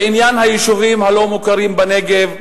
בעניין היישובים הלא-מוכרים בנגב,